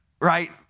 right